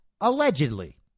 Allegedly